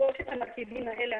שלושת המרכיבים האלה,